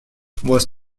was